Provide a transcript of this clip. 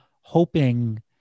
hoping